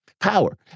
power